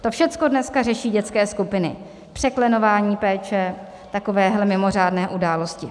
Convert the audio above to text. To všechno dneska řeší dětské skupiny, překlenování péče, takovéhle mimořádné události.